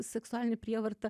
seksualinę prievartą